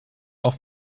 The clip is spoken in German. auch